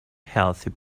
healthy